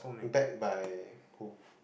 backed by